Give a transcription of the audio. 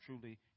truly